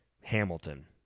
Hamilton